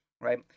right